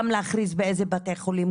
גם להכריז באיזה בתי חולים,